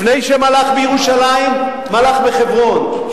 לפני שמלך בירושלים, מלך בחברון.